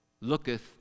looketh